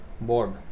board